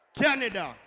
Canada